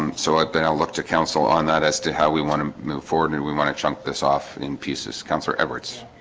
um so it then i'll look to council on that as to how we want to move forward and we want to chunk this off in pieces councillor everts